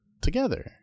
together